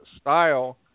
style